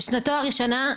בשנתו הראשונה,